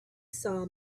saw